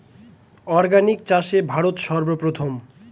organic চাষে ভারত সর্বপ্রথম